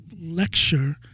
lecture